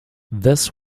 this